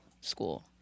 school